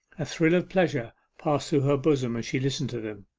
a thrill of pleasure passed through her bosom as she listened to them.